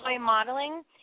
modeling